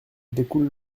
découle